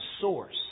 source